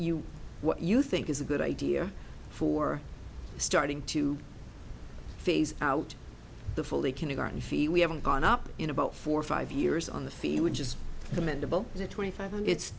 you what you think is a good idea for starting to phase out the full day kindergarten fee we haven't gone up in about four five years on the field just commendable the twenty five and it's